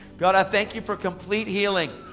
god i thank you for complete healing,